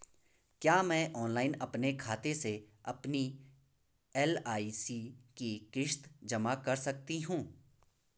क्या मैं ऑनलाइन अपने खाते से अपनी एल.आई.सी की किश्त जमा कर सकती हूँ?